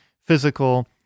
physical